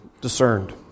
discerned